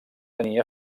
tenir